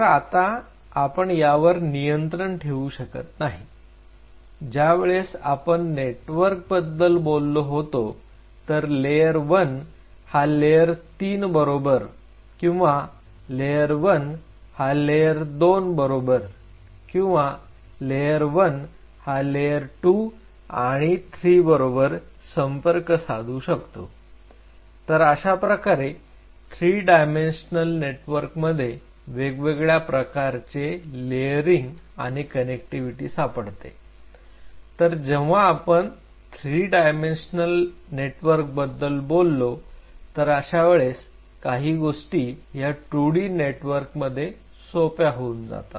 तर आता आपण यावर नियंत्रण ठेवू शकत नाही ज्यावेळेस आपण नेटवर्कबद्दल बोललो होतो तर लेयर 1 हा लेयर 3 बरोबर किंवा लेयर 1 हा लेयर 2 बरोबर किंवा लेयर 1 हा लेयर 2 आणि 3 बरोबर संपर्क साधू शकतो तर अशाप्रकारे थ्री डायमेन्शनल नेटवर्कमध्ये वेगवेगळ्या प्रकारचे लेयरिंग आणि कनेक्टिव्हिटी सापडते तर जेव्हा आपण थ्री डायमेन्शनल नेटवर्कबद्दल बोलतो तर अशा वेळेस काही गोष्टी ह्या 2D नेटवर्कमध्ये सोप्या होऊन जातात